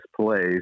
plays